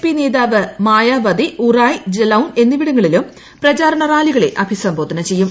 P നേതാവ് മായ്ാവതി ഉറായ് ജലൌൻ എന്നിവിടങ്ങളിലും പ്രചാരണ റാല്പിക്കള്ള അഭിസംബോധന ചെയ്യും